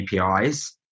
APIs